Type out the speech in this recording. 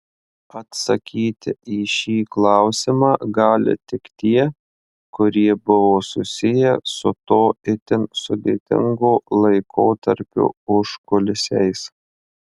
atsakyti į šį klausimą gali tik tie kurie buvo susiję su to itin sudėtingo laikotarpio užkulisiais